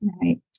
Right